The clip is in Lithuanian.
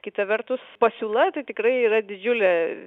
kita vertus pasiūla tikrai yra didžiulė